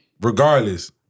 Regardless